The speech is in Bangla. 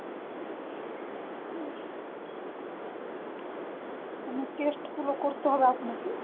হুম টেস্টগুলো করতে হবে আপনাকে